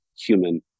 human